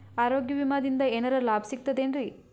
ಆರೋಗ್ಯ ವಿಮಾದಿಂದ ಏನರ್ ಲಾಭ ಸಿಗತದೇನ್ರಿ?